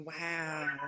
Wow